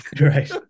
Right